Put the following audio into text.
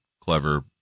clever